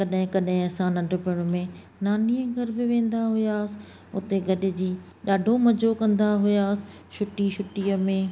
कॾहिं कॾहिं असां नंढपिण में नानीअ जे घर बि वेंदा हुआसीं हुते गॾिजी ॾाढो मज़ो कंदा हुआसीं छुटी छुटीअ में